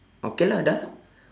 okay lah dah lah